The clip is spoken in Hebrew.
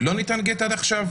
לא ניתן גט עד עכשיו,